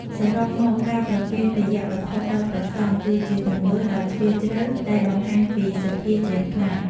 សរុបមក ការប្រគេនទេយ្យវត្ថុដល់ព្រះសង្ឃ គឺជាទង្វើដ៏ជ្រាលជ្រៅដែលបង្ហាញពីសទ្ធាជ្រះថ្លា។